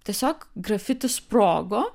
tiesiog grafiti sprogo